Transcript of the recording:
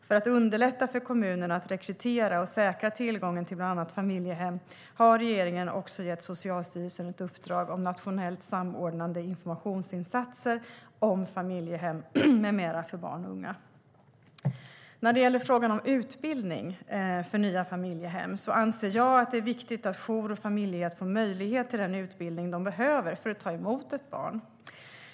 För att underlätta för kommunerna att rekrytera och säkra tillgången till bland annat familjehem har regeringen också gett Socialstyrelsen ett uppdrag om nationellt samordnade informationsinsatser om familjehem med mera för barn och unga. När det gäller frågan om utbildning för nya familjehem anser jag att det är viktigt att jour och familjehem får möjlighet till den utbildning de behöver för att ta emot ett barn.